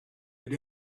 had